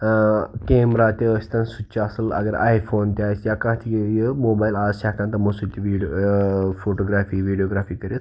ٲں کیمرا تہِ ٲسۍ تَن سُہ تہِ چھُ اصٕل اَگر آی فوٗن تہِ آسہِ یا کانٛہہ تہِ یہِ موبایِل آز چھِ ہیٚکان تِمو سۭتۍ تہِ ویٖڈیو ٲں فوٗٹوٗگرٛافی ویٖڈیوگرٛافی کٔرِتھ